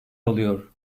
alıyor